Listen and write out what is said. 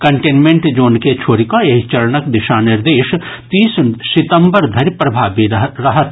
containment zone के छोडि कऽ एहि चरणक दिशा निर्देश तीस सितम्बर धरि प्रभावी रहत